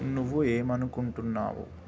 నువ్వు ఏమనుకుంటున్నావు